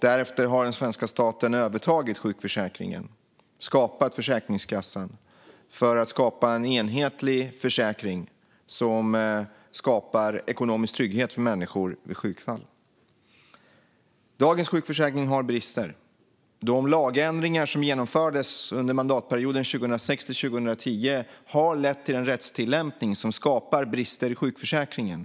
Därefter har den svenska staten övertagit sjukförsäkringen och skapat Försäkringskassan för att få en enhetlig försäkring som ger människor ekonomisk trygghet vid sjukfall. Dagens sjukförsäkring har brister. De lagändringar som genomfördes under mandatperioden 2006-2010 har lett till en rättstillämpning som skapar brister i sjukförsäkringen.